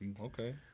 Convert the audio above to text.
Okay